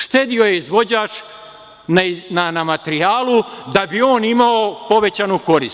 Štedeo je izvođač na materijalu, da bi on imao povećanu korist.